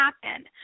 happen